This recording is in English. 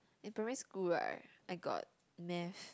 in primary school right I got math